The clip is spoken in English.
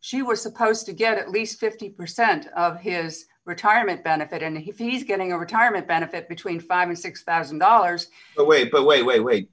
she was supposed to get at least fifty percent of his retirement benefit and he's getting a retirement benefit between five dollars and six thousand dollars but wait but wait wait wait